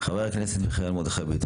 חבר הכנסת מיכאל מרדכי ביטון,